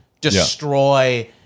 destroy